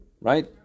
Right